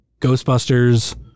Ghostbusters